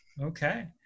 Okay